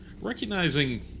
recognizing